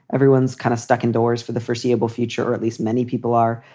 everyone's kind of stuck indoors for the foreseeable future, or at least many people are,